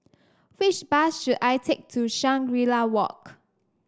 which bus should I take to Shangri La Walk